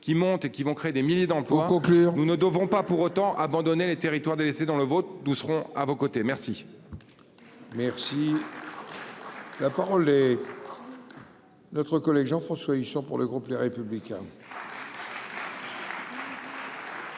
qui monte et qui vont créer des milliers d'emplois conclure. Nous ne devons pas pour autant abandonner les territoires délaissés dans le vote vaudou seront à vos côtés, merci. Merci. La parole est. Notre collègue Jean-François Husson, pour le groupe Les Républicains.